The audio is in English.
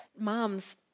moms